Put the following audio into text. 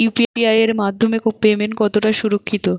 UPI এর মাধ্যমে payment কতটা সুরক্ষিত?